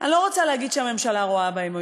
אני לא רוצה להגיד שהממשלה רואה בהם אויב.